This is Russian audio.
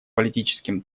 политическим